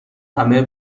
همه